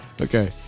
Okay